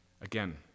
Again